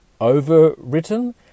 overwritten